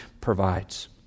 provides